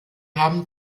haben